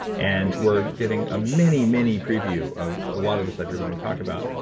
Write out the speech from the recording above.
and we're getting a mini, mini preview of a lot of the stuff you're going to talk about,